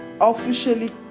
officially